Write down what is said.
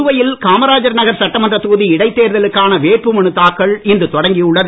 புதுவையில் காமராஜர் நகர் சட்டமன்றத் தொகுதி இடைத் தேர்தலுக்கான வேட்புமனு தாக்கல் இன்று தொடங்கியுள்ளது